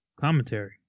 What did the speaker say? Commentary